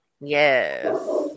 Yes